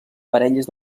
parelles